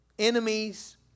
Enemies